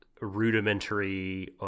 rudimentary